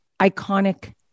iconic